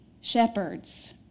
shepherds